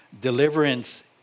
Deliverance